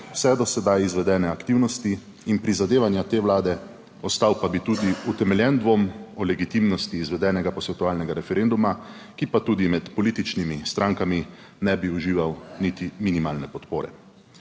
vse do sedaj izvedene aktivnosti in prizadevanja te vlade, ostal pa bi tudi utemeljen dvom o legitimnosti izvedenega posvetovalnega referenduma, ki pa tudi med političnimi strankami ne bi užival niti minimalne podpore.